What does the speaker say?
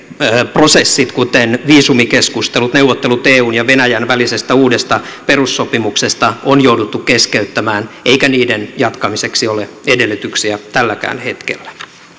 prosessit kuten viisumikeskustelut neuvottelut eun ja venäjän välisestä uudesta perussopimuksesta on jouduttu keskeyttämään eikä niiden jatkamiseksi ole edellytyksiä tälläkään hetkellä